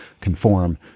conform